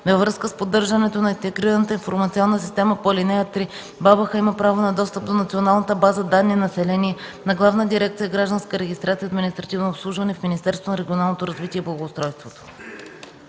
Във връзка с поддържането на Интегрираната информационна система по ал. 3 БАБХ има право на достъп до Националната база данни „Население” на Главна дирекция „Гражданска регистрация и административно обслужване” в Министерството на регионалното развитие и благоустройството.”